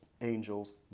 angel's